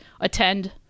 attend